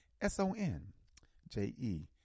S-O-N-J-E